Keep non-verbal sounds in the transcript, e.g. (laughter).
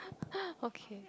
(laughs) okay